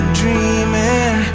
dreaming